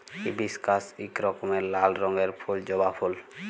hibiscus ইক রকমের লাল রঙের ফুল জবা ফুল